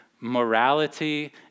morality